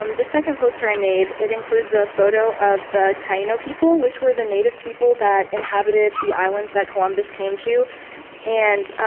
um the second poster i made it includes a photo of the taino people which were the native people that inhabited the islands that columbus came to and